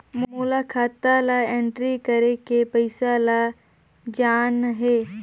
मोला खाता ला एंट्री करेके पइसा ला जान हे?